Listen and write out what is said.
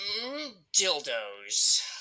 Dildos